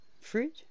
Fruit